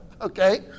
Okay